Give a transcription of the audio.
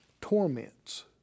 torments